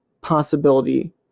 possibility